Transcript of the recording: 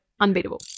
Unbeatable